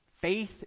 Faith